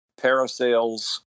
parasails